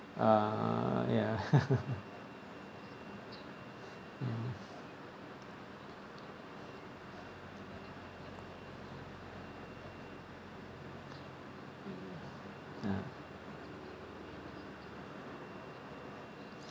uh ya mm ya